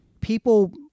people